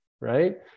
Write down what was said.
right